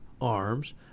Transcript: arms